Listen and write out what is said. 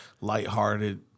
lighthearted